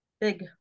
big